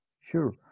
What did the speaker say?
Sure